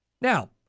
Now